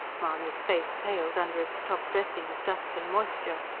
mahony's face paled under its top-dressing of dust and moisture.